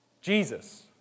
Jesus